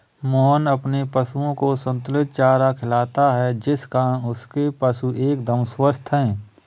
मोहन अपने पशुओं को संतुलित चारा खिलाता है जिस कारण उसके पशु एकदम स्वस्थ हैं